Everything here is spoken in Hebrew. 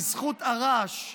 בזכות הרעש שהיה,